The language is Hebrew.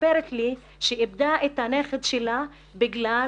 מספרת לי שהיא איבדה את הנכד שלה בגלל